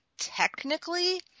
Technically